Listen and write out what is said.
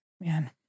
man